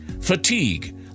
Fatigue